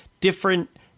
different